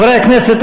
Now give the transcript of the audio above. חברי הכנסת,